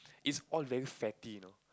is all very fatty you know